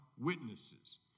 witnesses